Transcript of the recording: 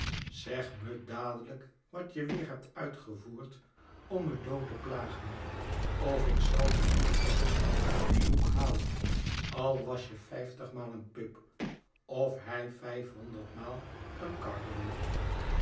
zeg me dadelijk wat je weer hebt uitgevoerd om me dood te plagen of ik zal je in eens uit dien hoek halen al was je vijftigmaal een pip of hij vijfhonderdmaal een gargery